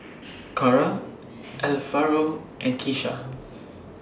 Cary Alvaro and Kisha